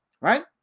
right